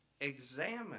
examine